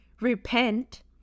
Repent